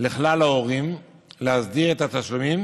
לכלל ההורים להסדיר את התשלומים